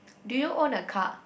do you own a car